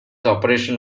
operations